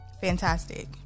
Fantastic